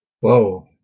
Whoa